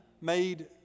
made